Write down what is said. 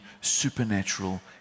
supernatural